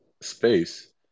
space